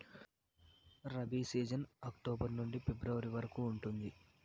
rabi season October నుండి ఫిబ్రవరి వరకు ఉంటుంది